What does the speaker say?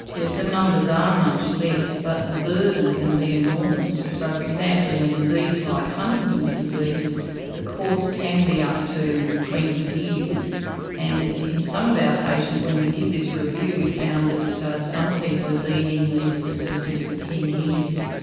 yes, the numbers are um much less but the burden can be enormous. so for example in a disease like huntington's disease the course can be up to twenty years and in some of our patients when we did this review we found that some people had been in these facilities for ten years.